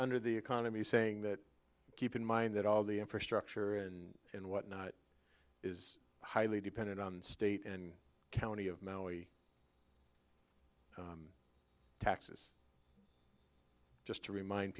under the economy saying that keep in mind that all the infrastructure and whatnot is highly dependent on state and county of maui taxes just to remind